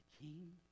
king